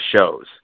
shows